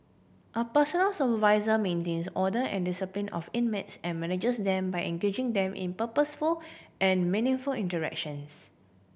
a personal supervisor maintains order and discipline of inmates and manages them by engaging them in purposeful and meaningful interactions